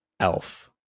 elf